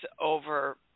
over